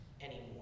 anymore